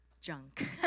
junk